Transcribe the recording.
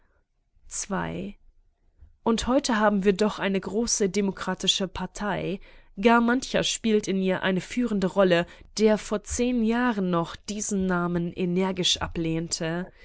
und heute haben wir doch eine große demokratische partei gar mancher spielt in ihr eine führende rolle der vor zehn jahren noch diesen namen energisch ablehnte